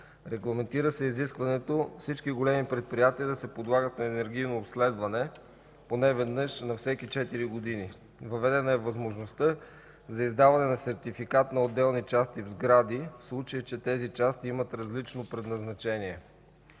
Регламентира се изискването всички големи предприятия да се подлагат на енергийно обследване поне веднъж на всеки четири години. Въведена е възможността за издаване на сертификат на отделни части в сгради, в случай че тези части имат различно предназначение.